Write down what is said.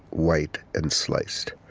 white and sliced,